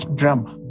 drama